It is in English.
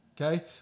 okay